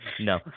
No